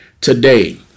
today